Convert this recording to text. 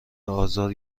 آزار